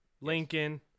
lincoln